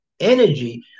energy